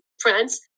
France